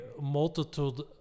multitude